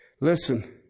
Listen